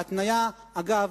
ההתניה הזאת, אגב,